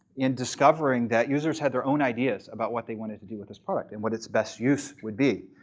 in discovering that users had their own ideas about what they wanted to do with this product and what its best use would be.